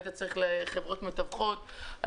היית צריך חברות מתווכות,